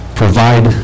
provide